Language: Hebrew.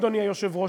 אדוני היושב-ראש,